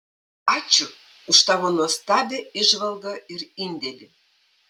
ačiū už tavo nuostabią įžvalgą ir indėlį